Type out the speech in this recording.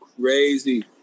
crazy